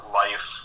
life